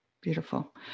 beautiful